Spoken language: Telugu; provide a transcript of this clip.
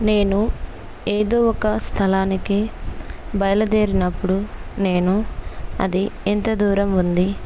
నేను ఏదో ఒక స్థలానికి బయలుదేరినప్పుడు నేను అది ఎంత దూరం ఉంది